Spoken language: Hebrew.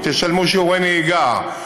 תשלמו על שיעורי נהיגה,